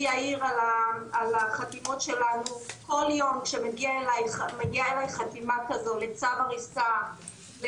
כל יום כשמגיעה אלי חתימה כזאת לצו הריסה,